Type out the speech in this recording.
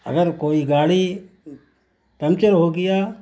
اگر کوئی گاڑی پنکچر ہو گیا